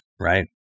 Right